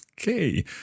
Okay